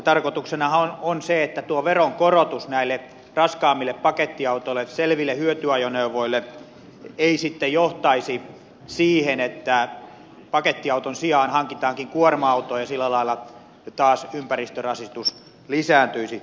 tarkoituksenahan on se että tuo veronkorotus näille raskaammille pakettiautoille selville hyötyajoneuvoille ei sitten johtaisi siihen että pakettiauton sijaan hankitaankin kuorma auto ja sillä lailla taas ympäristörasitus lisääntyisi